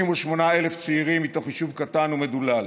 כ-38,000 צעירים מתוך ישוב קטן ומדולל,